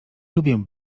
lubię